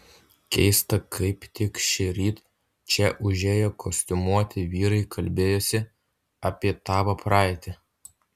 keista kaip tik šįryt čia užėję kostiumuoti vyrai kalbėjosi apie tavo praeitį